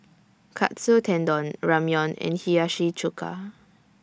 Katsu Tendon Ramyeon and Hiyashi Chuka